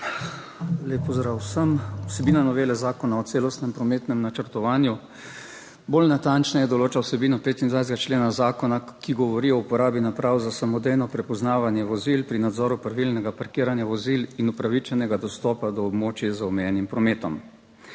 Lep pozdrav vsem. Vsebina novele zakona o celostnem prometnem načrtovanju bolj natančneje določa vsebino 25. člena zakona, ki govori o uporabi naprav za samodejno prepoznavanje vozil pri nadzoru pravilnega parkiranja vozil in upravičenega dostopa do območij z omejenim prometom.